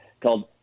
called